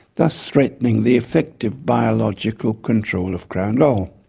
thus threatening the effective biological control of crown gall.